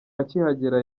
akihagera